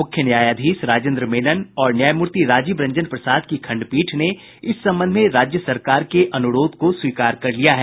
मुख्य न्यायाधीश राजेन्द्र मेनन और न्यायमूर्ति राजीव रंजन प्रसाद की खंडपीठ ने इस संबंध में राज्य सरकार के अनुरोध को स्वीकार कर लिया है